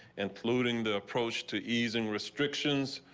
including the approach to easing restrictions.